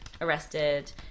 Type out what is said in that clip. arrested